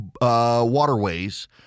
waterways